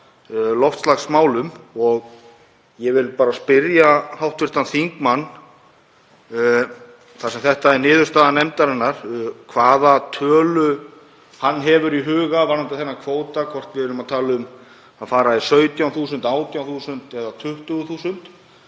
loftslagsmálum. Ég vil spyrja hv. þingmann, þar sem þetta er niðurstaða nefndarinnar, hvaða tölu hann hefur í huga varðandi þennan kvóta, hvort við erum að tala um að fara í 17.000, 18.000 eða 20.000.